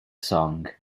song